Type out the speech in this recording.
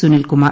Sunilkumar